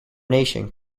nation